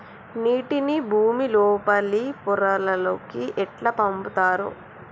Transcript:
నీటిని భుమి లోపలి పొరలలోకి ఎట్లా పంపుతరు?